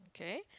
Okay